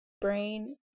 Brain